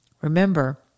Remember